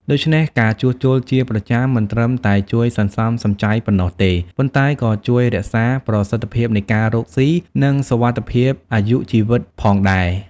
ដូច្នេះ ការជួសជុលជាប្រចាំមិនត្រឹមតែជួយសន្សំសំចៃប៉ុណ្ណោះទេ ប៉ុន្តែក៏ជួយរក្សាប្រសិទ្ធភាពនៃការរកស៊ី និងសុវត្ថិភាពអាយុជីវិតផងដែរ។